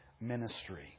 ministry